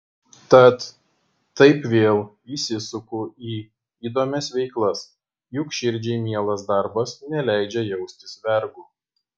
tad taip vėl įsisuku į įdomias veiklas juk širdžiai mielas darbas neleidžia jaustis vergu